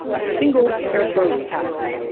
a single airflow task,